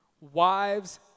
Wives